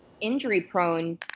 injury-prone